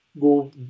go